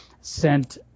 sent